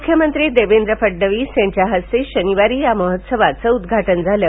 मुख्यमंत्री देवेंद्र फडणवीस यांच्या हस्ते शनिवारी या महोत्सवाचं उद्घाटन झालं